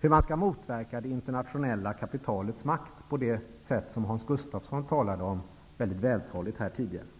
hur man skall motverka det internationella kapitalets makt på det sätt som Hans Gustafsson väldigt vältaligt här tidigare talade om.